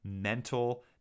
mental